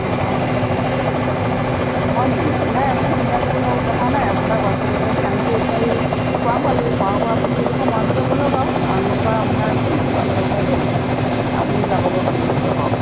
অঁ অঁ হয় নেকি নাই আপুনি চিন্তা কৰিবলগীয়া একো কথা নাই আপোনাক বাছত উঠাই দিম আমিতো এতিয়া সেই খোৱাং পালোঁহি খোৱাঙৰ পৰা আপুনি এইডোখৰ মৰাণলৈকে ব'লক আৰু মৰাণৰ পৰা আপোনাক বাছত উঠাই দিম আপুনি যাবগৈ পাৰিব ইডোখৰ